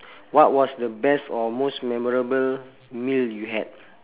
what was the best or most memorable meal you had